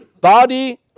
body